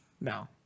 No